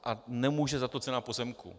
A nemůže za to cena pozemků.